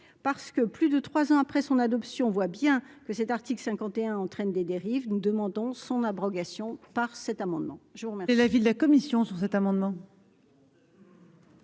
Parce que, plus de trois ans après son adoption, on voit bien que cet article 51 entraîne des dérives, nous demandons son abrogation. Quel est l'avis de